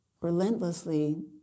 relentlessly